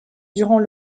durant